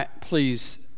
please